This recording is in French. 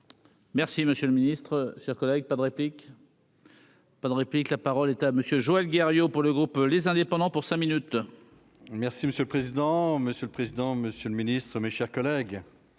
Merci, monsieur le Ministre, chers collègues, pas de réplique. Pas de répit que la parole est à monsieur Joël Guerriau pour le groupe, les indépendants pour cinq minutes merci monsieur le président, Monsieur le président, Monsieur le Ministre, mes chers collègues,